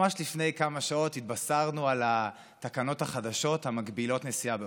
ממש לפני כמה שעות התבשרנו על התקנות החדשות המגבילות נסיעה באוטובוס.